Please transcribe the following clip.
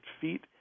feet